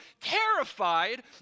terrified